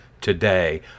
today